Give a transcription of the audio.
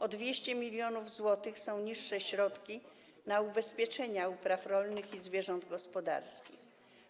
O 200 mln zł są niższe środki na ubezpieczenia upraw rolnych i zwierząt gospodarskich.